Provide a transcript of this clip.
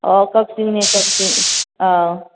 ꯀꯛꯆꯤꯡꯅꯤ ꯀꯛꯆꯤꯡ ꯑꯥ